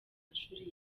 mashuri